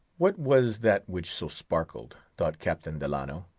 what was that which so sparkled? thought captain delano.